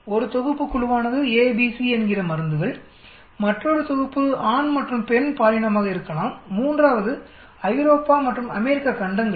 1 தொகுப்பு குழுவானது A B C என்கிற மருந்துகள்மற்றொரு தொகுப்பு ஆண் மற்றும் பெண் பாலினமாக இருக்கலாம்3 வது ஐரோப்பா மற்றும் அமெரிக்க கண்டங்கள்